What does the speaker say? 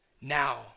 Now